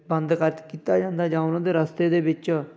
ਬੰਦ ਕਰ ਤ ਕੀਤਾ ਜਾਂਦਾ ਜਾਂ ਉਹਨਾਂ ਦੇ ਰਸਤੇ ਦੇ ਵਿੱਚ